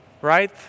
Right